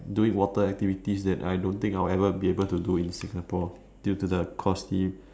doing water activities that I don't think that I'll ever be able to do in Singapore due to the costly